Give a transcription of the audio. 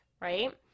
Right